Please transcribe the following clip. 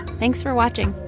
thanks for watching!